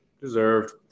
Deserved